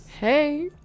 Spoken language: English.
Hey